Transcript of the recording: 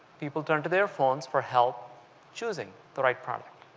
people turn to their phones for help choose ing the right product.